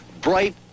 Bright